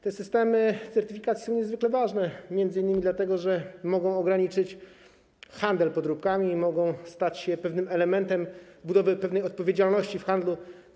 Te systemy certyfikacji są niezwykle ważne, m.in. dlatego że mogą ograniczyć handel podróbkami i stać się elementem budowy pewnej odpowiedzialności w handlu.